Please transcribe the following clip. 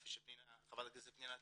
כפי שחברת הכנסת פנינה ציינה.